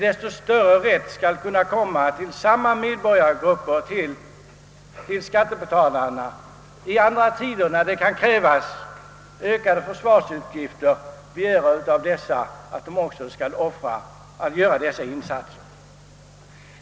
Då kan man i andra tider, när det kan krävas ökade försvarsutgifter, med desto större rätt av samma medborgargrupper begära de insatser som fordras.